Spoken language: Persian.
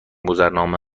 گذرنامه